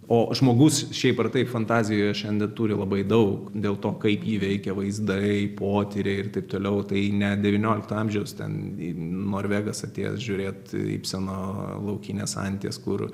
o žmogus šiaip ar taip fantazijoje šiandien turi labai daug dėl to kaip jį veikia vaizdai potyriai ir taip toliau tai ne devyniolikto amžiaus ten norvegas atėjęs žiūrėt ipseno laukinės anties kur